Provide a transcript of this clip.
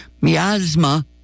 Miasma